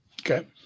Okay